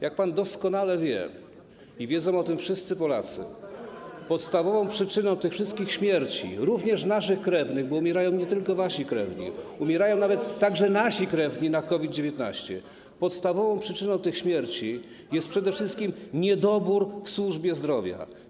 Jak pan doskonale wie i wiedzą o tym wszyscy Polacy, podstawową przyczyną tych wszystkich śmierci, również naszych krewnych, bo umierają nie tylko wasi krewni, umierają nawet także nasi krewni na COVID-19, podstawową przyczyną tych śmierci jest przede wszystkim niedobór w służbie zdrowia.